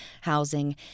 housing